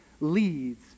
leads